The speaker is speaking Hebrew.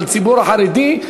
על הציבור החרדי,